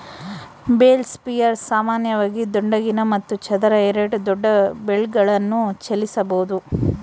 bale spears ಸಾಮಾನ್ಯವಾಗಿ ದುಂಡಗಿನ ಮತ್ತು ಚದರ ಎರಡೂ ದೊಡ್ಡ ಬೇಲ್ಗಳನ್ನು ಚಲಿಸಬೋದು